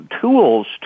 tools